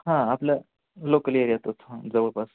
हां आपल्या लोकल एरियातच हां जवळपास